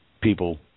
people